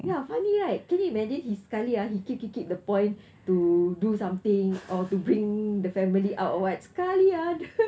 ya funny right can you imagine he sekali ah he keep keep keep the point to do something or to bring the family out or what sekali ah the